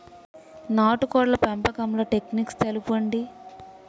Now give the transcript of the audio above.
నాటుకోడ్ల పెంపకంలో టెక్నిక్స్ తెలుపండి?